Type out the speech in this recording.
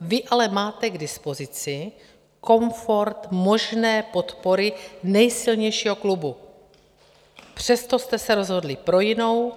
Vy ale máte k dispozici komfort možné podpory nejsilnějšího klubu, přesto jste se rozhodli pro jinou